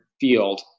field